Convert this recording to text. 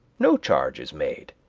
no charge is made.